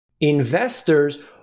Investors